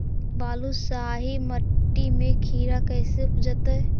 बालुसाहि मट्टी में खिरा कैसे उपजतै?